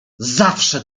zawsze